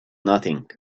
nothing